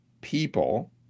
people